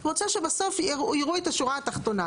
היא רוצה שבסוף יראו את השורה התחתונה.